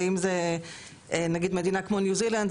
ואם זה נגיד מדינה כמו ניו-זילנד,